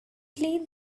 play